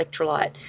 electrolyte